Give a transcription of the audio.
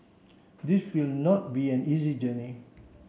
this will not be an easy journey